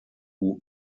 who